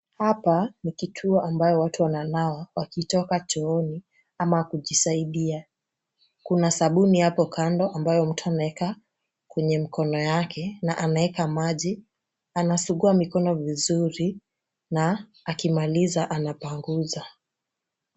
Hapa ni kituo ambayo watu wananawa wakitoka chooni ama kujisaidia. Kuna sabuni hapo kando ambayo mtu anaeka kwenye mkono yake na anaeka maji, anasugua mikono vizuri na akimaliza anapanguza.